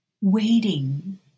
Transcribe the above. waiting